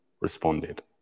responded